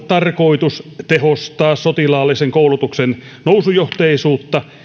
tarkoitus tehostaa sotilaallisen koulutuksen nousujohteisuutta